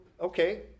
okay